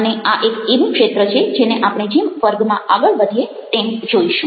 અને આ એક એવું ક્ષેત્ર છે જેને આપણે જેમ વર્ગમાં આગળ વધીએ તેમ જોઈશું